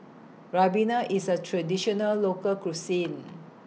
Ribena IS A Traditional Local Cuisine